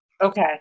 Okay